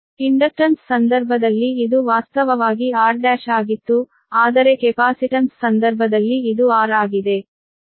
inductance ಸಂದರ್ಭದಲ್ಲಿ ಇದು ವಾಸ್ತವವಾಗಿ r' ಆಗಿತ್ತು ಆದರೆ ಕೆಪಾಸಿಟನ್ಸ್ ಸಂದರ್ಭದಲ್ಲಿ ಇದು r ಆಗಿದೆ